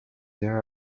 there